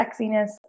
sexiness